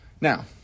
Now